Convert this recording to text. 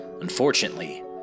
Unfortunately